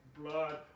blood